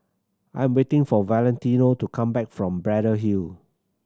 I am waiting for Valentino to come back from Braddell Hill